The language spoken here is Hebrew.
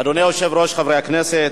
אדוני היושב-ראש, חברי הכנסת,